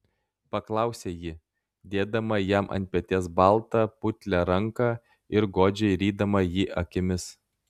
paklausė ji dėdama jam ant peties baltą putlią ranką ir godžiai rydama jį akimis